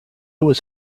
was